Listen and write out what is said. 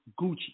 Gucci